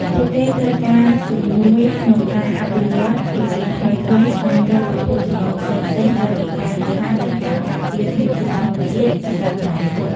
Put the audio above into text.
ពួកគេត្រូវការជំនួយក្នុងការអភិវឌ្ឍន៍ ជំនាញថ្មីៗ ស្វែងរក ប្រភពចំណូលផ្សេងៗ ក្រៅពីការនេសាទ និងការការពារធនធានធម្មជាតិ សម្រាប់អនាគត។